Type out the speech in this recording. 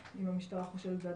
בוקר טוב,